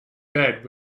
bed